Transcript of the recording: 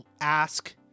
ask